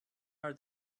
are